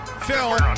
Phil